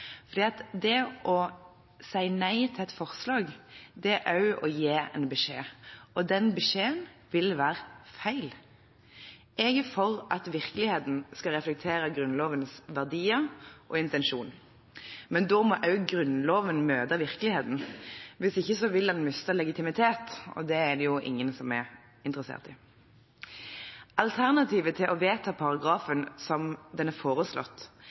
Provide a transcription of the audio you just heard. det å si nei til et forslag er også å gi en beskjed, og den beskjeden ville være feil. Jeg er for at virkeligheten skal reflektere Grunnlovens verdier og intensjon, men da må også Grunnloven møte virkeligheten. Hvis ikke vil den miste legitimitet, og det er det ingen som er interessert i. Alternativet til å vedta paragrafen slik den er foreslått,